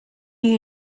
you